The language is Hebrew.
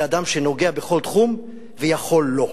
זה אדם שנוגע בכל תחום ויכול לו.